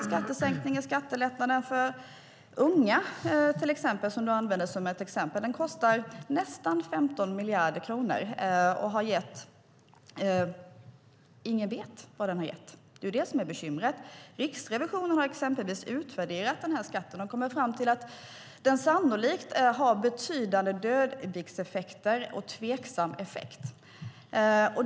Skattesänkningar och skattelättnader för unga som Mats Odell använde som ett exempel kostar nästan 15 miljarder kronor och har gett - ingen vet vad det har gett. Det är det som är bekymret. Riksrevisionen har exempelvis utvärderat den åtgärden och kommit fram till att den sannolikt har betydande dödviktseffekter och tveksam effekt.